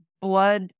blood